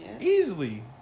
Easily